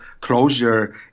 closure